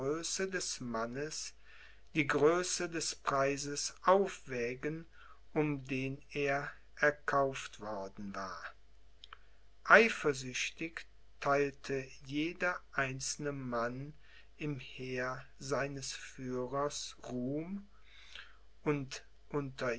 des mannes die größe des preises aufwägen um den er erkauft worden war eifersüchtig theilte jeder einzelne mann im heer seines führers ruhm und